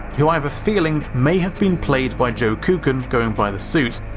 who i have a feeling may have been played by joe kucan going by the suit,